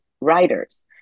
writers